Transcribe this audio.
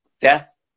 death